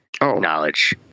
knowledge